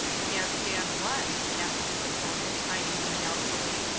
can't stand what? asked his opponent, eyeing him doubtfully.